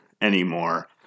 anymore